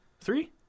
three